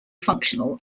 functional